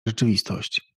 rzeczywistość